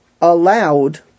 allowed